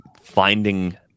finding